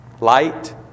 light